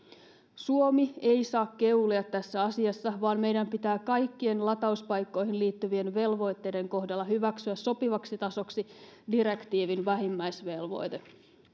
suomi ei saa keulia tässä asiassa vaan meidän pitää kaikkien latauspaikkoihin liittyvien velvoitteiden kohdalla hyväksyä sopivaksi tasoksi direktiivin vähimmäisvelvoite